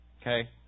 Okay